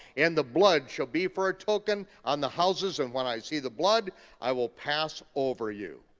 and the blood shall be for a token on the houses and when i see the blood i will pass over you.